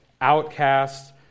outcasts